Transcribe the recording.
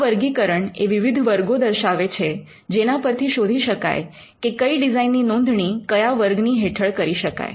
આ વર્ગીકરણ એ વિવિધ વર્ગો દર્શાવે છે જેના પરથી શોધી શકાય કે કઈ ડિઝાઇનની નોંધણી કયા વર્ગની હેઠળ કરી શકાય